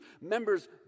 members